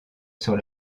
sur